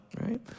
right